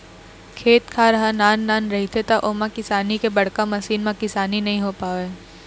खेत खार ह नान नान रहिथे त ओमा किसानी के बड़का मसीन म किसानी नइ हो पावय